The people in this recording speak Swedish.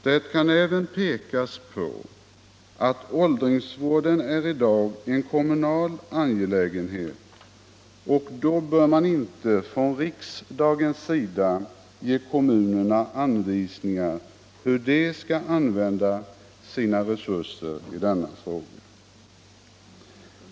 Det kan även pekas på att åldringsvården i dag är en kommunal angelägenhet, och då bör man från riksdagens sida inte ge kommunerna anvisningar om hur de skall använda sina resurser i denna fråga.